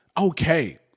okay